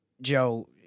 Joe